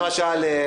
למשל,